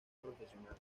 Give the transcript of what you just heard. profesional